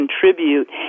contribute